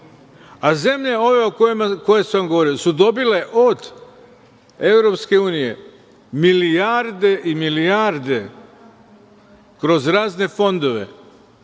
a zemlje o kojima sam govorio su dobile od EU milijarde i milijarde kroz razne fondove,